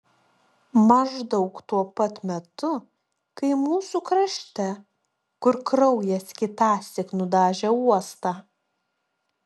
maždaug tuo pat metu kai mūsų krašte kur kraujas kitąsyk nudažė uostą